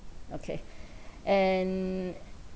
okay and